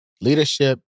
Leadership